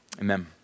Amen